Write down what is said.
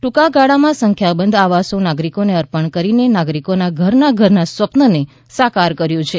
ટુકા ગાળામાં સંખ્યાબંધ આવાસો નાગરીકોને અર્પણ કરીને નાગરીકોના ઘરના ઘરના સ્વપ્નને સાકાર કર્યુ છે